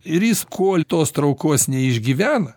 ir jis kol tos traukos neišgyvena